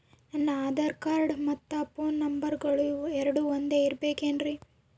ನನ್ನ ಆಧಾರ್ ಕಾರ್ಡ್ ಮತ್ತ ಪೋನ್ ನಂಬರಗಳು ಎರಡು ಒಂದೆ ಇರಬೇಕಿನ್ರಿ?